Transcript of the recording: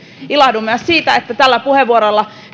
ilahdun myös siitä että tällä puheenvuorolla